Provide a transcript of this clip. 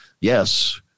yes